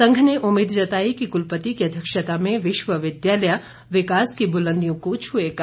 संघ ने उम्मीद जताई की कुलपति की अध्यक्षता में विश्वविद्यालय विकास की बुलंदियों को छुएगा